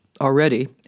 already